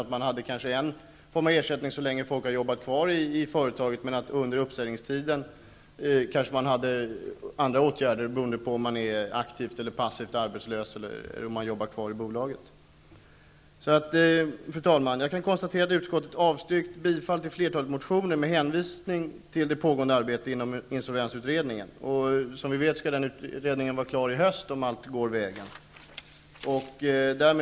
Ett slags ersättning skulle kunna tillämpas så länge man arbetar kvar i företaget och ett annat slags ersättning under uppsägningstiden beroende på om man är aktivt eller passivt arbetslös. Fru talman! Jag konstaterar att utskottet avstyrkt bifall till flertalet motioner med hänvisning till pågående arbete i insolvensutredningen. Den utredningen skall enligt planerna bli klar till hösten.